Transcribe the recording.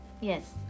Yes